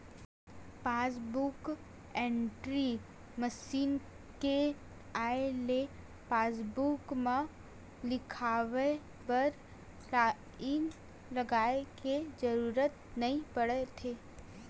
passbook entry machine के आए ले पासबूक म लिखवाए बर लाईन लगाए के जरूरत नइ परत हे